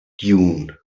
dune